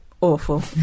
awful